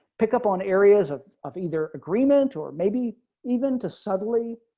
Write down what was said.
pick up on areas of of either agreement or maybe even to suddenly